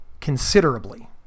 considerably